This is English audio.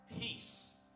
Peace